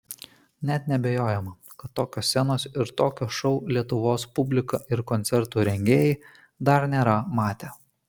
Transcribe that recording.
net neabejojama kad tokios scenos ir tokio šou lietuvos publika ir koncertų rengėjai dar nėra matę